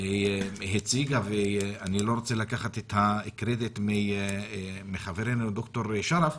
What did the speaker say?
אני לא רוצה לקחת את הקרדיט מחברנו ד"ר שרף,